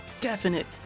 definite